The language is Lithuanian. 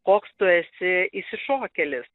koks tu esi išsišokėlis